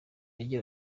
agira